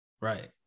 Right